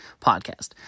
podcast